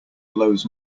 blows